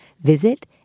visit